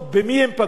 במי הם פגעו?